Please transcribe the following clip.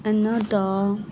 ਇਨਾ ਦਾ